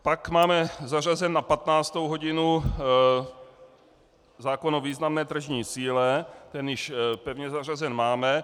Pak máme zařazen na 15. hodinu zákon o významné tržní síle, ten již pevně zařazen máme.